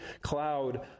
cloud